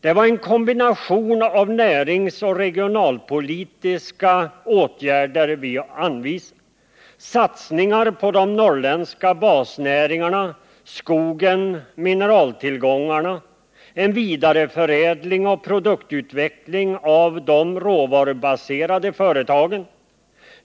Det var en kombination av näringspolitiska och regionalpolitiska åtgärder som vi anvisade: satsningar på de norrländska basnäringarna skogen och mineraltillgångarna samt en vidareförädling och produktutveckling inom de råvarubaserade företagen.